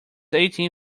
eighteen